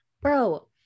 bro